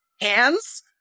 hands